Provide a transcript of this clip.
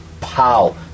Pow